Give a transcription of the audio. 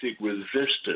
resistance